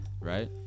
right